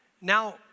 now